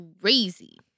crazy